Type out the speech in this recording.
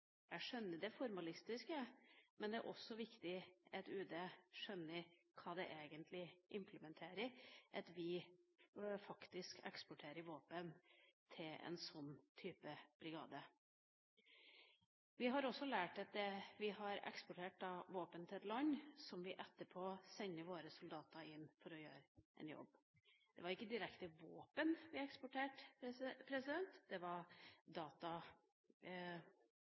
skjønner jeg det formalistiske, men det er også viktig at UD skjønner hva det egentlig impliserer at vi faktisk eksporterer våpen til en sånn type brigade. Vi har også lært at vi har eksportert våpen til et land der vi etterpå sender våre soldater inn for å gjøre en jobb. Det var ikke direkte våpen vi eksporterte, det var